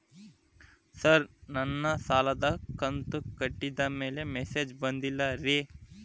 sir ನನ್ನ ಸಾಲದ ಕಂತು ಕಟ್ಟಿದಮೇಲೆ ಮೆಸೇಜ್ ಬಂದಿಲ್ಲ ರೇ